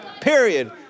Period